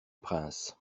prince